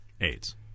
AIDS